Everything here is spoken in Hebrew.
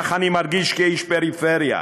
כך אני מרגיש כאיש פריפריה,